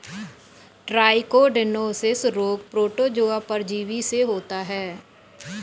trichodinosis रोग protozoa परजीवी से होता है